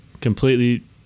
completely